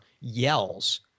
yells